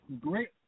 great